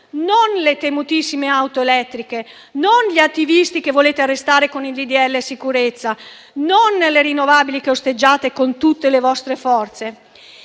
non le temutissime auto elettriche, non gli attivisti che volete arrestare con il disegno di legge sicurezza, non le rinnovabili che osteggiate con tutte le vostre forze.